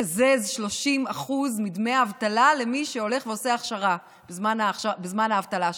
לקזז 30% מדמי האבטלה למי שהולך ועושה הכשרה בזמן האבטלה שלו.